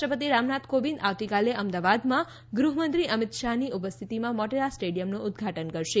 રાષ્ટ્રપતિ રામનાથ કોવિંદ આવતીકાલે અમદાવાદમાં ગૃહમંત્રી અમિત શાહની ઉપસ્થિતિમાં મોટેરા સ્ટેડિયમનું ઉદ્દઘાટન કરશે